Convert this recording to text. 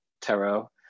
Tarot